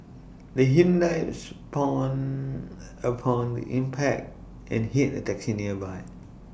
the Hyundai spun upon impact and hit A taxi nearby